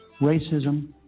Racism